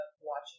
watching